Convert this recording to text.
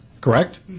Correct